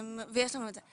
ויש לנו את זה.